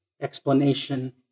explanation